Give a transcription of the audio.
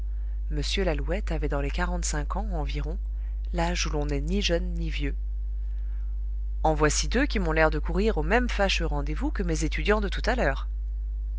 m lalouette avait dans les quarante-cinq ans environ l'âge où l'on n'est ni jeune ni vieux en voici deux qui m'ont l'air de courir au même fâcheux rendez-vous que mes étudiants de tout à l'heure